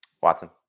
Watson